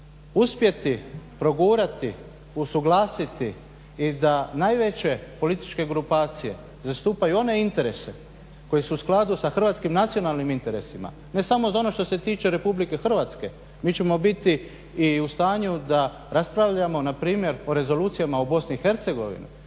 uspjeti progurati, usuglasiti i da najveće političke grupacije zastupaju one interese koji su u skladu sa hrvatskim nacionalnim interesima ne samo za ono što se tiče Republike Hrvatske. Mi ćemo biti i u stanju da raspravljamo na primjer o rezolucijama u Bosni